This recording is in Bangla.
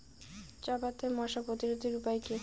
চাপাতায় মশা প্রতিরোধের উপায় কি?